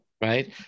right